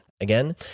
Again